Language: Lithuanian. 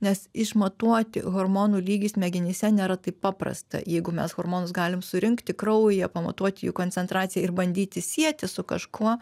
nes išmatuoti hormonų lygį smegenyse nėra taip paprasta jeigu mes hormonus galim surinkti kraujyje pamatuoti jų koncentraciją ir bandyti sieti su kažkuo